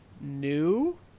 new